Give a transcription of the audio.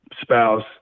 spouse